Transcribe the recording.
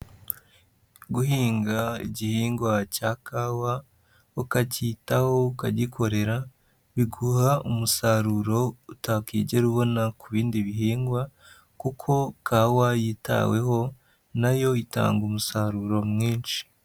Guhinga igihingwa cya kawa ukacyitaho, ukagikorera biguha umusaruro utakigera ubona ku bindi bihingwa kuko kawa yitaweho na yo itanga umusaruro mwinshi.